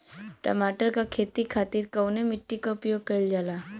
टमाटर क खेती खातिर कवने मिट्टी के उपयोग कइलजाला?